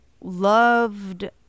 loved